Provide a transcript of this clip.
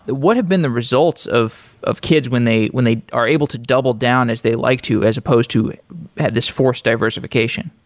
what have been the results of of kids when they when they are able to double down as they like to as opposed to have this forced diversification?